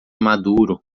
maduro